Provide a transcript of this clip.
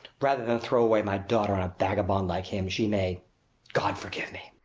rather than throw away my daughter on a vagabond like him, she may god forgive me!